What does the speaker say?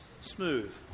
Smooth